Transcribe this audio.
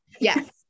Yes